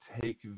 take